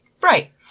Right